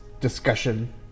discussion